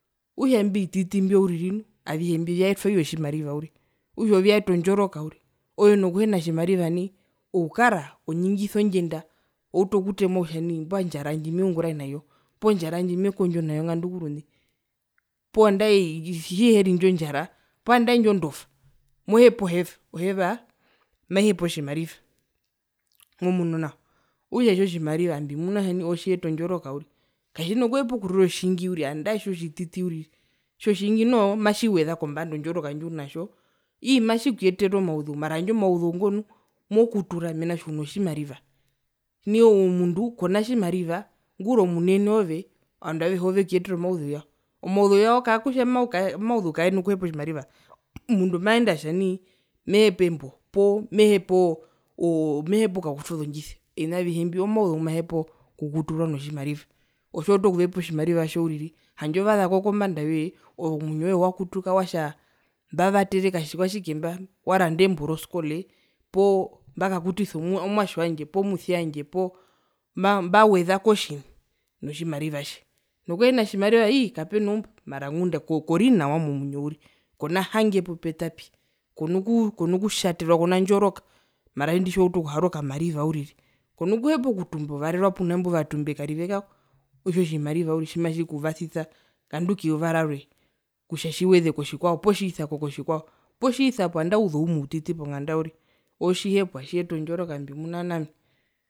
Okutja imbi vititi mbio uriri nu avihe vyaetwa iyo tjimariva okutja ovyo vyaeta ondjoroka uriri ove nokuhina tjimariva nai ukara onyingisa ondjenda outu okutemwa kutja nai mbwae ondjara ndji meungurae nayo poo ondjra ndji mekondjo nayo ngandu kurune andae tjiheri indjo ndjara poo andae ndjo ndova mohepa oheva oheva maihepa otjimariva momunu nao okutja otjimariva mbimuna kutja nai ootjiyeta ondjoroka uriri katjina kuhepa okurira otjingi uriri nandae iho tjititi uriri, itjo tjingi noho matjiweza kombanda ondjora ndjiunayo ii matjikuyetere omauzeu mara handje omauzeu nu mokutura mena rokutja uno tjimariva nai omundu kona tjimariva nguri omunene oove ovandu avehe vekuyetere omauzeu wao, omauzeu wao kakutja omauzeu kaena kuhepa otjimariva omundu maende atja nai mehepa embo poo mehepa oo oo mehepa okukakutwa ozondjise ovina avihe mbi omauzeu ngumaehepa o kukuturwa notjimariva, ove tjiwautu okuvepa otjimariva tjo uriri handje vazako kombanda yoye ove omwinyo woye wakutuka watja mbavatere katjikwatjike mba waranda embo roskole poo mbakakutisa omwatje wandje poo musia wandje poo mba mba mbawezako tjina notjimariva tji nokuhena tjimariva ii kapenaumba mara ngunda ko korinawa momwinyo uriri kona hange pupetapi kona kutjaterwa konandjoroka mara indi tjiwautu okuhara okamariva uriri kona kuhepa okutumba ovarerwa mbwena imba ovatumbe karive kako itjo tjimariva uriri tjimatjikuvasisa ngandu keyuva kutja tjiweze kotjikwae poo tjisako kotjikwao poo tjizapo nangae ouzeu umwe uriri ponganda uriri ootjihepwa tjiyeta ondjoroka ami mbimuna nao ami.